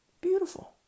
Beautiful